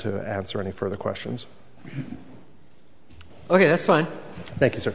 to answer any further questions ok that's fine thank you s